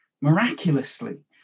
miraculously